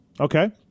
okay